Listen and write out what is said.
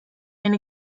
and